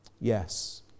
Yes